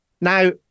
Now